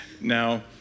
Now